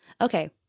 Okay